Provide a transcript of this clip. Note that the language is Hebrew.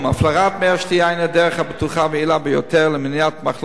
הפלרת מי השתייה הינה הדרך הבטוחה והיעילה ביותר למניעת מחלות השיניים.